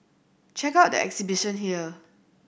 check out the exhibition here